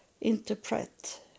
interpret